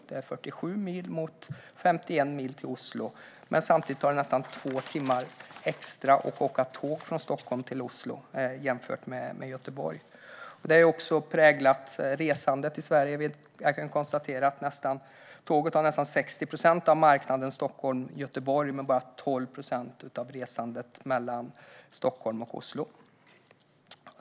Det är 47 mil jämfört med 51 mil till Oslo, men samtidigt tar det nästan två timmar extra att åka tåg från Stockholm till Oslo jämfört med Göteborg. Detta har präglat resandet i Sverige. Jag kan konstatera att tåget har nästan 60 procent av marknaden för Stockholm-Göteborg men bara 12 procent av resandet mellan Stockholm och Oslo.